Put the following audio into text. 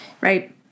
Right